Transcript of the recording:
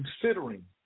considering